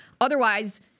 Otherwise